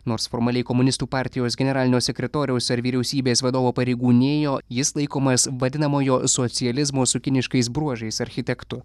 nors formaliai komunistų partijos generalinio sekretoriaus ar vyriausybės vadovo pareigų nėjo jis laikomas vadinamojo socializmo su kiniškais bruožais architektu